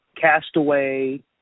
Castaway